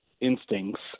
instincts